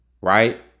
Right